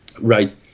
right